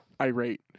irate